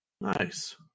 Nice